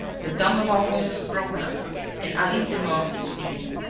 the d'imblevalle home is broken up and alice demun is weeping.